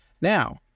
Now